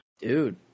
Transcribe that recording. dude